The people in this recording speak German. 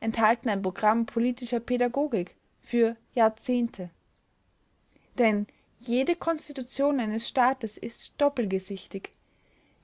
enthalten ein programm politischer pädagogik für jahrzehnte denn jede konstitution eines staates ist doppelgesichtig